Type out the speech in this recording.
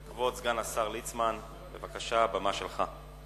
כבוד סגן השר ליצמן, בבקשה, הבימה שלך.